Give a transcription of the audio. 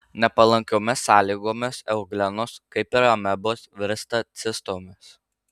nepalankiomis sąlygomis euglenos kaip ir amebos virsta cistomis